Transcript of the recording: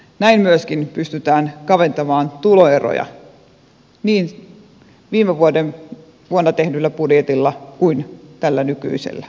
näin myöskin pystytään kaventamaan tuloeroja niin viime vuonna tehdyllä budjetilla kuin tällä nykyisellä esityksellä